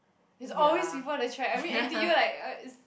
is always people on the track I mean N_T_U like uh is